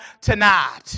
tonight